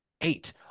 eight